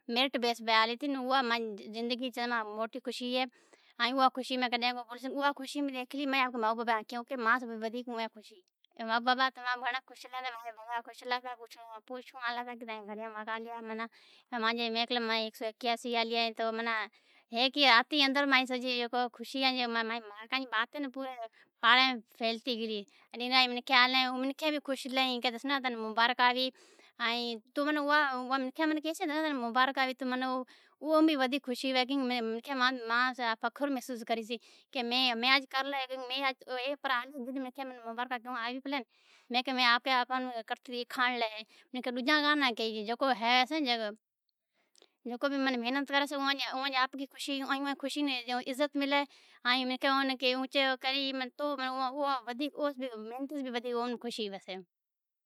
میرٹ بیس پاس کر تی آلی ھیتی او ماں جی زندگی می تمام موٹی خوشی ہے۔ ائیں اوہا خوشی مین آپکی مائو بابا جی آکھیام ڈیکھلی۔ اوین ماس ودھیک خوش ھی۔ ایتری ہتی کہ مانجے میں کہلو کہ مانجی" ھیک سو ایکاسی مارکا" نمبر آلیں تو اے رات پورے پاڑے میں پھیلے لی ائیں دنا جی جکو بہ منکھیں سنڑی آوی پلین خوش تھیں ائیں مبارک آلیں ائیں تو م منکھیں مناں کہیسیں کہ درشنا تناں مبارک ہوئیں۔ تو مناں او بھی خوشی ہوئے کہ منکھیں ماس فخر محسوس کری مناں کامیابی تے خوشی محسوس کرسیں، مین آپکی آپان کرتی ڈکھاڑی جد منکھین آوی پلین۔ جکو ہے جکو بھی محنت کر واڑا سیں اوئاں ناں آپکی خوشی ائیں عزت ملے۔ ائیں مناں کہیں مبارکاں ڈیں تو عزت ملے۔ تو اوا محنت ای ودیک خوشی چھے۔